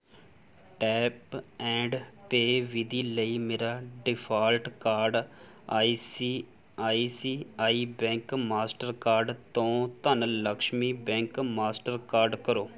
tap and pay ਵਿਧੀ ਲਈ ਮੇਰਾ ਡਿਫਾਲਟ ਕਾਰਡ ਆਈ ਸੀ ਆਈ ਸੀ ਆਈ ਬੈਂਕ ਮਾਸਟਰਕਾਰਡ ਤੋਂ ਧਨਲਕਸ਼ਮੀ ਬੈਂਕ ਮਾਸਟਰਕਾਰਡ ਕਰੋ